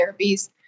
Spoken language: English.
therapies